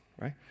right